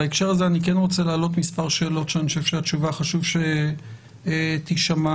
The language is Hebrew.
בהקשר הזה אני כן רוצה להעלות כמה שאלות שאני חושב שחשוב שהתשובה תישמע